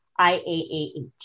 IAAH